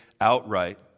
outright